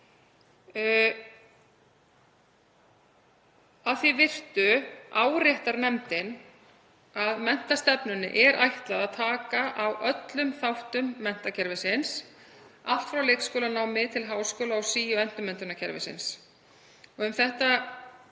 Að því virtu áréttar nefndin að menntastefnunni er ætlað að taka á öllum þáttum menntakerfisins, allt frá leikskólanámi til háskóla og sí- og endurmenntunarkerfisins. Um þetta